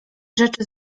rzeczy